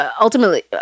ultimately